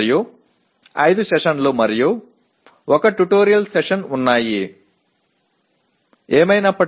மேலும் 5 அமர்வுகள் மற்றும் 1 டுடோரியல் அமர்வு உள்ளன